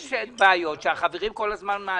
יש בעיות שהחברים כל הזמן מעלים.